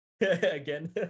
again